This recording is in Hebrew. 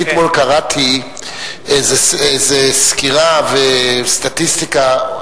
אני קראתי אתמול איזה סקירה וסטטיסטיקה,